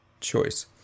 choice